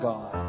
God